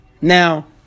Now